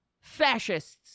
fascists